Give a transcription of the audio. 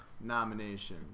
nomination